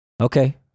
Okay